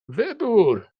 wybór